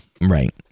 right